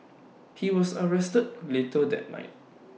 he was arrested later that night